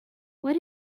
what